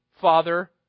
father